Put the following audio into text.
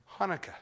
Hanukkah